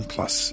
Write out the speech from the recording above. Plus